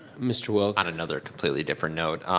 mr. wilk? on another completely different note,